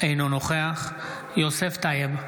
אינו נוכח יוסף טייב,